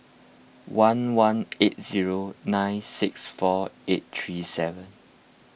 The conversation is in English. one one eight zero nine six four eight three seven